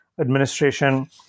administration